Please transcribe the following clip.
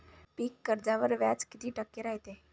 पीक कर्जावर व्याज किती टक्के रायते?